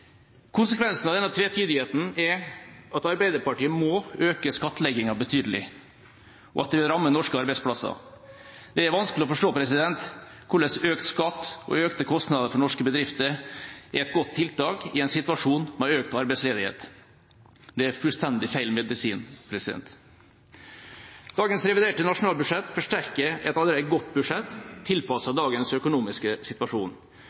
Konsekvensen av denne tvetydigheten er at Arbeiderpartiet må øke skattleggingen betydelig, og det vil ramme norske arbeidsplasser. Det er vanskelig å forstå hvordan økt skatt og økte kostnader for norske bedrifter er et godt tiltak i en situasjon med økt arbeidsledighet. Det er fullstendig feil medisin. Dagens reviderte nasjonalbudsjett forsterker et allerede godt budsjett, tilpasset dagens økonomiske situasjon.